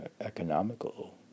economical